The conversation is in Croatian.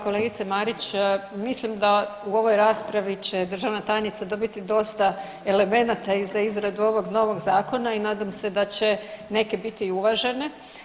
Kolegice Marić, mislim da u ovoj raspravi će državna tajnica dobiti dosta elemenata za izradu ovog novog zakona i nadam se da će neke biti uvažene.